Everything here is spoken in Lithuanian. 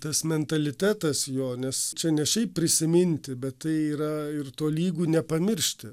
tas mentalitetas jo nes čia ne šiaip prisiminti bet tai yra ir tolygu nepamiršti